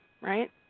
right